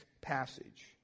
passage